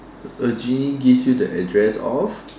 a genie gives you the address of